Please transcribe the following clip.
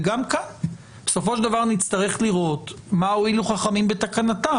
וגם כאן בסופו של דבר נצטרך לראות מה הועילו חכמים בתקנתם.